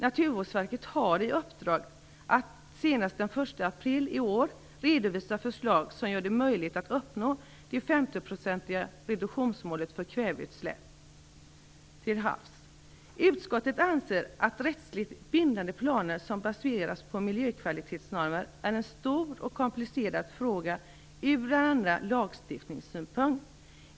Naturvårdsverket har i uppdrag att senast den 1 april 1996 redovisa förslag som gör det möjligt att uppnå det 50 Utskottet anser att rättsligt bindande planer som baseras på miljökvalitetsnormer är en stor och komplicerad fråga från bl.a. lagstiftningssynpunkt.